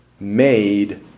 made